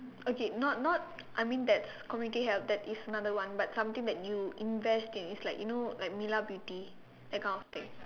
okay not not I mean that's community help that is another one but something that you invest in it's like you know like Mila beauty that kind of thing